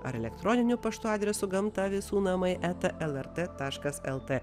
ar elektroniniu paštu adresu gamta visų namai eta lrt taškas lt